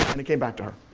and it came back to her.